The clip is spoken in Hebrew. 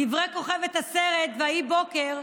דברי כוכבת הסרט "ויהי בוקר",